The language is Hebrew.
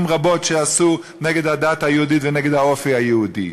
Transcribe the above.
רבות שעשו נגד הדת היהודית ונגד האופי היהודי.